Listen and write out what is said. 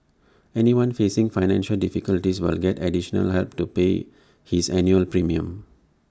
anyone facing financial difficulties will get additional help to pay his annual premium